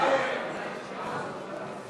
לשנת התקציב 2016,